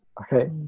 Okay